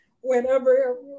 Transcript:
whenever